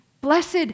Blessed